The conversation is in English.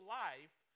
life